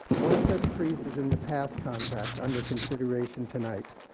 one such crease is in the past contract under consideration tonight.